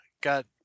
got